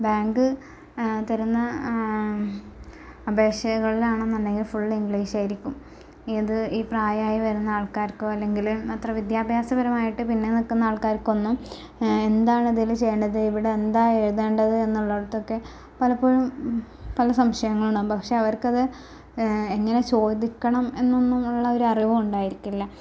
bank തരുന്ന അപേക്ഷകൾലാണെന്നുണ്ടെങ്കിൽ full English ആയിരിക്കും ഇത് ഈ പ്രായമായി വരുന്ന ആൾക്കാർക്കോ അല്ലെങ്കില് അത്ര വിദ്യാഭ്യാസ പരമായിട്ട് പിന്നിൽ നിൽക്കുന്ന ആൾക്കാർക്കൊന്നും എന്താണതില് ചെയ്യണ്ടത് ഇവിടെ എന്താ എഴുതേണ്ടത് എന്നുള്ളിടത്തൊക്കെ പലപ്പോഴും പല സംശയങ്ങളുണ്ടാവാം പക്ഷേ അവർക്കത് എങ്ങനെ ചോദിക്കണം എന്നൊന്നും ഉള്ള ഒരറിവുണ്ടാരിക്കില്ല